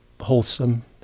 wholesome